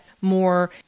more